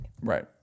Right